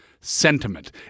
sentiment